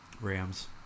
Rams